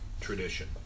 tradition